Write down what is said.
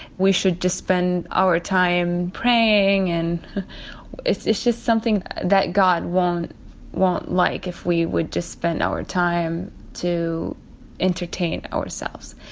we should just spend our time praying and it's it's just something that god won't won't like if we would just spend our time to entertain ourselves.